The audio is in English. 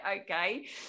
okay